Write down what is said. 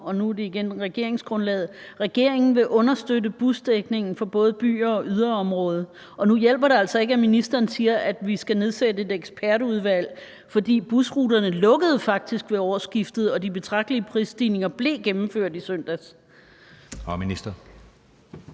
det, der står i regeringsgrundlaget om, at regeringen vil: »Understøtte busdækningen for både byer og yderområder«? Og nu hjælper det altså ikke, at ministeren siger, at vi skal nedsætte et ekspertudvalg, for busruterne lukkede faktisk ved årsskiftet, og de betragtelige prisstigningerne blev gennemført i søndags. Kl.